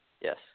Yes